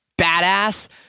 badass